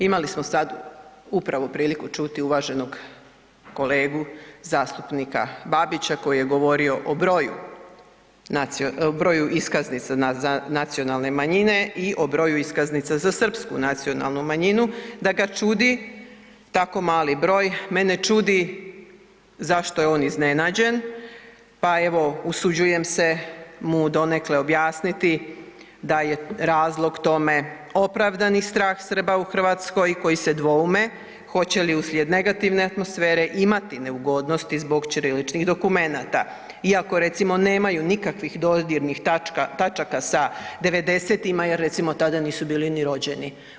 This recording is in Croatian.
Imali smo sad upravo priliku čuti uvaženog kolegu zastupnika Babića koji je govorio o broju iskaznica za nacionalne manjine i o broju iskaznica za srpsku nacionalnu manjinu, da ga čudi tako malo broj, mene čudi zašto je on iznenađen, pa evo, usuđujem mu donekle objasniti da je razlog tome opravdani strah Srba u Hrvatskoj koji se dvoume hoće uslijed negativne atmosfere imati neugodnosti zbog ćiriličnih dokumenata iako recimo nikakvih dodirnih točaka sa 90-ima jer recimo tada nisu bili ni rođeni.